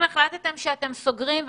אם החלטתם שאתם סוגרים,